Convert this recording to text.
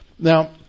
Now